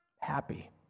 happy